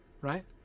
right